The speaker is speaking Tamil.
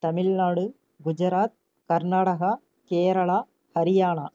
தமிழ்நாடு குஜராத் கர்நாடகா கேரளா ஹரியானா